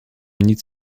nic